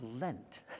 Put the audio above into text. Lent